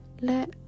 let